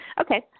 okay